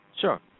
Sure